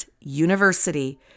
University